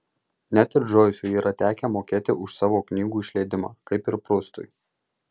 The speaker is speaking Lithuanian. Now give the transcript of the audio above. net ir džoisui yra tekę mokėti už savo knygų išleidimą kaip ir prustui